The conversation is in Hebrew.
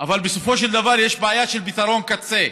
אבל בסופו של דבר יש בעיה של פתרון קצה.